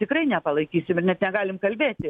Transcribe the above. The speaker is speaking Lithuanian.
tikrai nepalaikysimir net negalim kalbėti